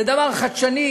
זה דבר חדשני,